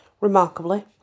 Remarkably